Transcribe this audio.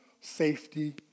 safety